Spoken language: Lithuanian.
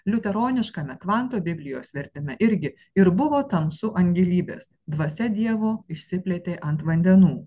liuteroniškame kvanto biblijos vertime irgi ir buvo tamsu ant gylybės dvasia dievo išsiplėtė ant vandenų